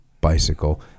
bicycle